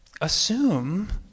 assume